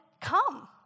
come